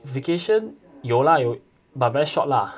vacation 有 lah 有 but very short lah